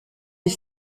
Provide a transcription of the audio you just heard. des